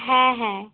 হ্যাঁ হ্যাঁ